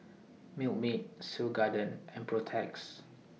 Milkmaid Seoul Garden and Protex